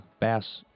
bass